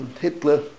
Hitler